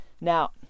Now